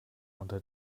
unter